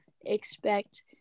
expect